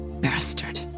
Bastard